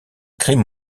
crimes